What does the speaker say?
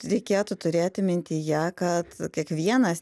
reikėtų turėti mintyje kad kiekvienas